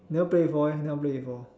never play before meh never play before